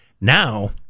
Now